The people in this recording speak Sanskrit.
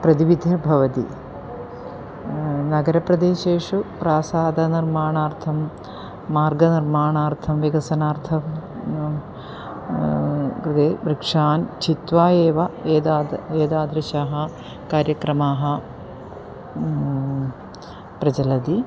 प्रतिविधिर्भवति नगरप्रदेशेषु प्रासादनिर्माणार्थं मार्गनिर्माणार्थं विकसनार्थं कृते वृक्षान् छित्वा एव एताद् एतादृशाः कार्यक्रमाः प्रचलन्ति